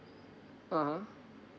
(uh huh)